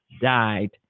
died